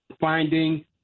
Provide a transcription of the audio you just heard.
finding